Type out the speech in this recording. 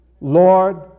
Lord